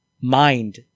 mind